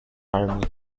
army